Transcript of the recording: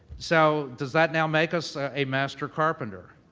so, does that now make us a master carpenter?